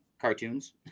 cartoons